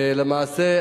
למעשה,